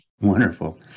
Wonderful